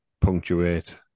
punctuate